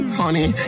honey